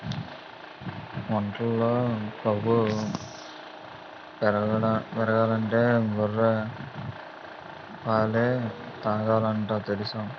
ఒంట్లో కొవ్వు పెరగాలంటే గొర్రె పాలే తాగాలట తెలుసా?